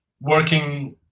working